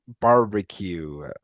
barbecue